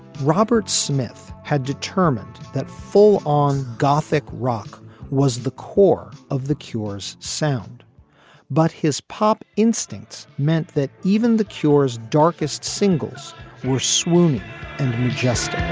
robert smith had determined that full on gothic rock was the core of the cure's sound but his pop instincts meant that even the cure's darkest singles were swooning and he just